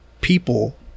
people